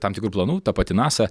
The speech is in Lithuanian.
tam tikrų planų ta pati nasa